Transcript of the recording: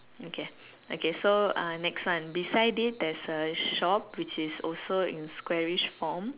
okay okay so uh next one beside it there's a shop which is also in squarish form